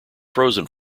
frozen